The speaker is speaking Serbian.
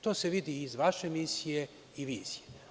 To se vidi iz vaše misije i vizije.